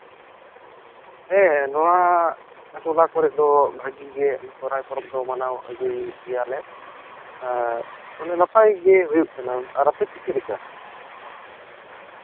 ᱦᱮᱸ ᱱᱚᱣᱟ ᱴᱚᱞᱟ ᱠᱚᱨᱮᱜᱦᱚᱸ ᱵᱷᱟᱹᱜᱤᱜᱮ ᱥᱚᱨᱦᱟᱭ ᱯᱚᱨᱚᱵᱽ ᱫᱚ ᱢᱟᱱᱟᱣ ᱟᱹᱜᱩᱭᱮᱜ ᱜᱮᱭᱟᱞᱮ ᱱᱟᱯᱟᱭ ᱜᱮ ᱦᱩᱭᱩᱜ ᱠᱟᱱᱟ ᱟᱯᱮ ᱥᱮᱜ ᱪᱮᱫ ᱞᱮᱠᱟ